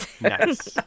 Nice